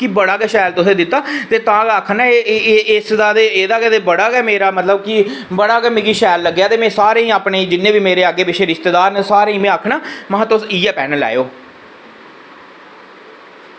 कि बड़ा गै शैल तुसें दित्ता ते तां गै आक्खा ना इसदा एह्दा बड़ा गै मेरा मतलब की बड़ा गै मिगी शैल लग्गेआ ते में सारें ई अपने जिन्ने बी मेरे अग्गें पिच्छें रिश्तेदार न सारें गी में आक्खना महां तुस इ'यै पेन लैओ